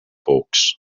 box